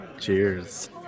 Cheers